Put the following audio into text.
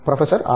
professor R